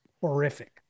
horrific